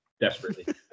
desperately